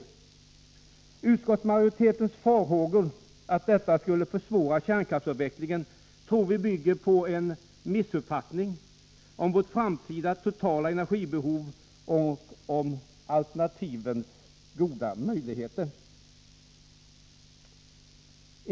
Utskottsmajoritetens farhågor att detta skulle försvåra kärnkraftsavvecklingen tror vi bygger på en missuppfattning om vårt framtida totala energibehov och om alternativens goda möjligheter.